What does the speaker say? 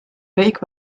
kõik